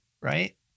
Right